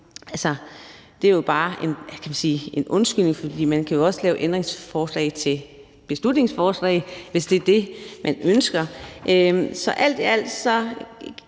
man sige, bare en undskyldning. For man kan også lave ændringsforslag til beslutningsforslag, hvis det er det, man ønsker.